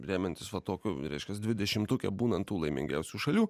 remiantis vat tokiu reiškias dvidešimtuke būnant tų laimingiausių šalių